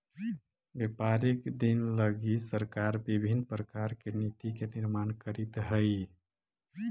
व्यापारिक दिन लगी सरकार विभिन्न प्रकार के नीति के निर्माण करीत हई